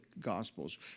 Gospels